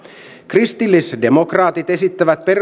kristillisdemokraatit esittävät